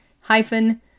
hyphen